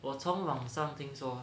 我从网上听说